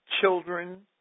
children